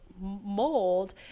mold